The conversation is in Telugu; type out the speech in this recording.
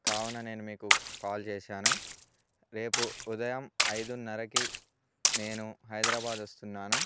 కావున నేను మీకు కాల్ చేసాను రేపు ఉదయం ఐదున్నరకి నేను హైదరాబాద్ వస్తున్నాను